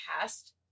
past